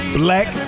black